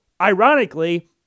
Ironically